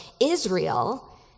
Israel